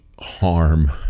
harm